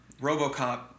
robocop